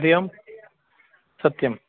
हरिः ओम् सत्यम्